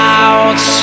out